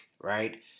right